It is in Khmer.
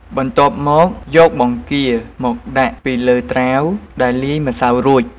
បន្ទាប់មកយកបង្គាមកដាក់ពីលើត្រាវដែលលាយម្សៅរួច។